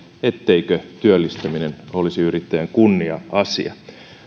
etteikö työllistäminen olisi yrittäjän kunnia asia